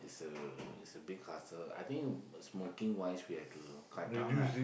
it's a it's a big hassle I think smoking wise we have to cut down lah